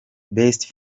best